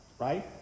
right